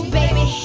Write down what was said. baby